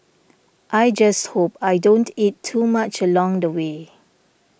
I just hope I don't eat too much along the way